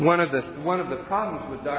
one of the one of the problem with